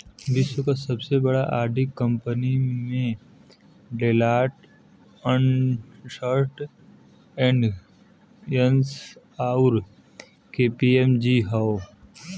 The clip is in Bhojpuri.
विश्व क सबसे बड़ा ऑडिट कंपनी में डेलॉयट, अन्सर्ट एंड यंग, आउर के.पी.एम.जी हौ